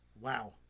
wow